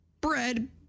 bread